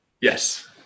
Yes